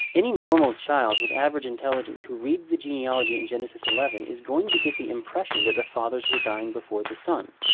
any normal child, with average intelligence, who reads the genealogy in genesis eleven, is going to get the impression that the fathers were dying before the sons.